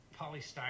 Polystyrene